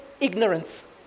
ignorance